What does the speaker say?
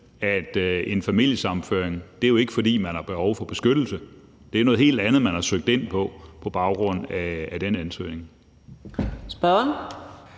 at en familiesammenføring jo ikke handler om, at man har behov for beskyttelse. Det er noget helt andet, man har søgt ind på dér på baggrund af sin ansøgning.